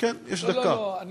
יש דקה, לא, לא, לא.